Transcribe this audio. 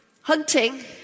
hunting